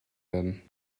werden